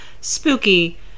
spooky